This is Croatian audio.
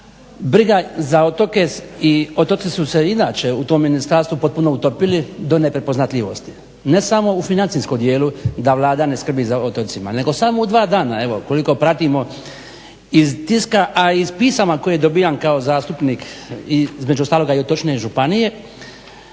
briga za otoke i otoci su se inače u tom ministarstvu potpuno utopili do neprepoznatljivosti. Ne samo u financijskom dijelu da Vlada ne skrbi o otocima nego samo u dva dana evo koliko pratimo iz tiska, a i iz pisama koje dobivam kao zastupnik između ostaloga i otočne županije